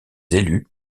élus